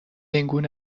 اینگونه